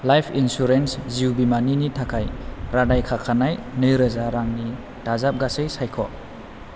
life insurance जिउ बीमानिनि थाखाय रादाय खाखानाय नैरोजा रांनि दाजाबगासै सायख'